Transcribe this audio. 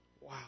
Wow